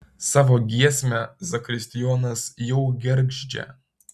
savo giesmę zakristijonas jau gergždžia